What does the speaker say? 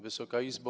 Wysoka Izbo!